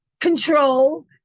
control